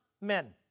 men